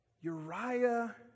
Uriah